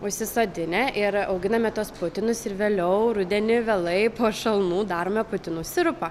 užsisodinę ir auginame tuos patinus ir vėliau rudenį vėlai po šalnų darome putinų sirupą